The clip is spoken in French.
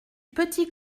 petit